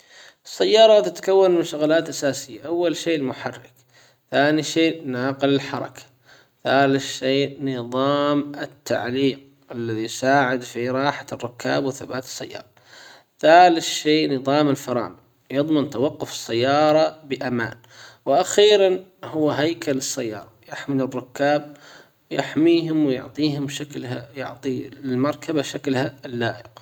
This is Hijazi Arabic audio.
السيارة تتكون من شغلات اساسية اول شي المحرك. ثاني شيء ناقل الحركة. ثالث شيء نظام التعليق الذي يساعد في راحة الركاب وثبات السائق ثالث شيء نظام الفرامل يضمن توقف السيارة بأمان. واخيرا هو هيكل السيارة يحمل الركاب يحميهم ويعطيهم شكلها يعطي المركبة شكلها اللائق.